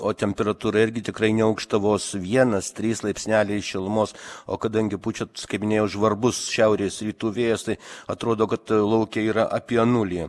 o temperatūra irgi tikrai neaukšta vos vienas trys laipsneliai šilumos o kadangi pučia kaip minėjau žvarbus šiaurės rytų vėjas tai atrodo kad lauke yra apie nulį